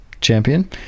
champion